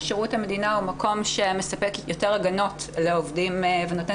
ששירות המדינה הוא מקום שמספק יותר הגנות לעובדים ונותן